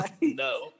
No